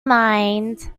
mind